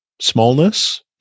smallness